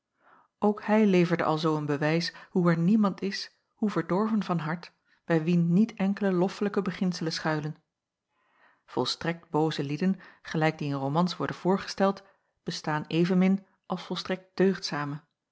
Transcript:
ook hij leverde alzoo een bewijs hoe er niemand is hoe verdorven van hart bij wien niet enkele loffelijke beginselen schuilen volstrekt booze lieden gelijk die in romans worden voorgesteld bestaan evenmin als volstrekt deugdzame